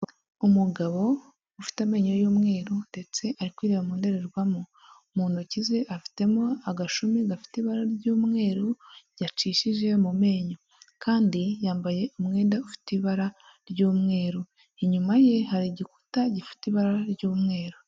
Umugabo ufite amenyo y'umweru ndetse ari kwireba mu ndorerwamo, mu ntoki ze afitemo agashumi gafite ibara ry'umweru yacishije mu menyo kandi yambaye umwenda ufite ibara ry'umweru, inyuma ye hari igikuta gifite ibara ry'umweru.